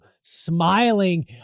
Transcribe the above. Smiling